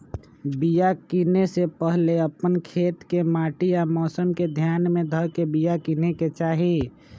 बिया किनेए से पहिले अप्पन खेत के माटि आ मौसम के ध्यान में ध के बिया किनेकेँ चाही